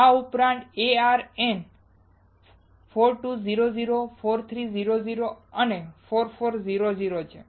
આ ઉપરાંત AR N 4200 4300 અને 4400 છે